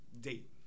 date